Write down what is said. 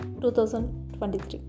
2023